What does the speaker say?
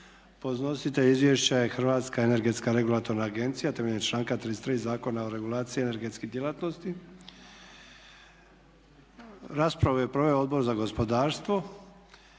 Podnositelj izvješća je Hrvatska energetska regulatorna agencija, temeljem članka 33. Zakona o regulaciji energetskih djelatnosti. Raspravu je proveo Odbor za gospodarstvo.